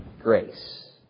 grace